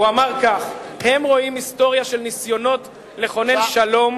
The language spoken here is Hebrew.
הוא אמר כך: הם רואים היסטוריה של ניסיונות לכונן שלום,